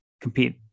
compete